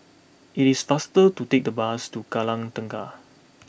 it is faster to take the bus to Kallang Tengah